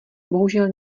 bohužel